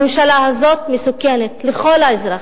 הממשלה הזאת מסוכנת לכל האזרחים.